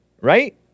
Right